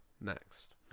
next